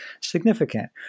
significant